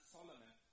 Solomon